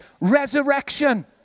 resurrection